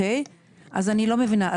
אז אני לא מבינה,